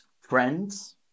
friends